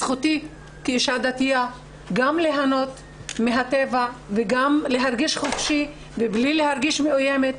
זכותי כאישה דתיה גם ליהנות מהטבע וגם להרגיש חופשי ובלי להרגיש מאוימת,